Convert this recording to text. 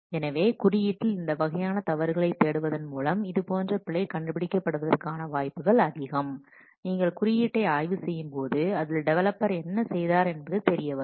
எனவே குறியீட்டில் இந்த வகையான தவறுகளைத் தேடுவதன் மூலம் இதுபோன்ற பிழை கண்டுபிடிக்கப்படுவதற்கான வாய்ப்புகள் அதிகம் நீங்கள் குறியீட்டை ஆய்வு செய்யும் போது அதில் டெவலப்பர் என்ன செய்தார் என்பது தெரிய வரும்